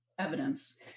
evidence